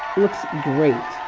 great.